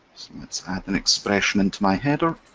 let's add an expression into my header.